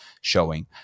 showing